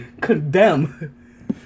condemn